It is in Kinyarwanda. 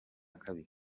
kabiri